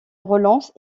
relance